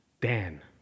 Dan